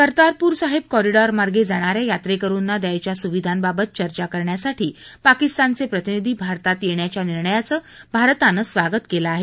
Kartarpur Sahib corridor मार्गे जाणऱ्या यात्रेकरुंना द्यायच्या सुविधांबाबत चर्चा करण्यासाठी पाकिस्तानचे प्रतिनिधी भारतात येणाच्या निर्णयाचं भारतानं स्वागत केलं आहे